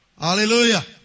Hallelujah